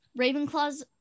Ravenclaws